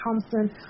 Thompson